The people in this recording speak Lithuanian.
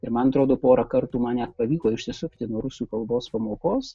ir man atrodo porą kartų man net pavyko išsisukti nuo rusų kalbos pamokos